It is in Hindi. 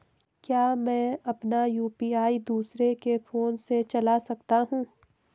क्या मैं अपना यु.पी.आई दूसरे के फोन से चला सकता हूँ?